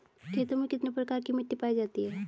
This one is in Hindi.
खेतों में कितने प्रकार की मिटी पायी जाती हैं?